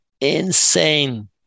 insane